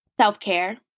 Self-care